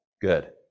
good